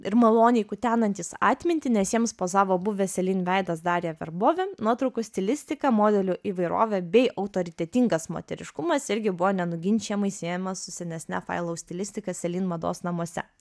ir maloniai kutenantys atmintį nes jiems pozavo buvęs celine veidas darija verbovi nuotraukų stilistika modelių įvairovė bei autoritetingas moteriškumas irgi buvo nenuginčijamai siejamas su senesne failau stilistika celine mados namuose